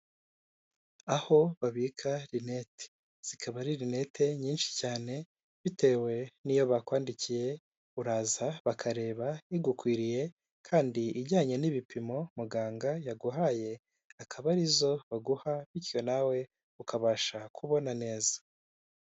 Aho babika linete zikaba ari linete nyinshi cyane bitewe n'iyo bakwandikiye uraza bakareba igukwiriye kandi ijyanye n'ibipimo muganga yaguhaye akaba ari zo baguha bityo nawe ukabasha kubona neza.